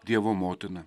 dievo motiną